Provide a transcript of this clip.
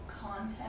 content